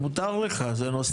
מותר לך, זה נושא שמצדיק.